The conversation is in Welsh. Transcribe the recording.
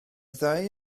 ddau